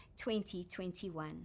2021